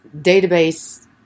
database